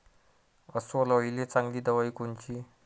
अस्वल अळीले चांगली दवाई कोनची?